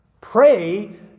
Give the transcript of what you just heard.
Pray